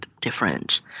different